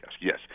Yes